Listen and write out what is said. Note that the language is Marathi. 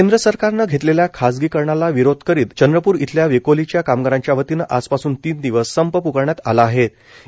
केंद्र सरकारनं घप्रलक्ष्या खासगीकरणाला विरोध करीत चंद्रप्र इथल्या वक्कोलीच्या कामगारांच्या वतीनं आजपासून तीन दिवस संप प्कारण्यात आला आहप्र